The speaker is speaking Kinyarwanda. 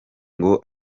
ngo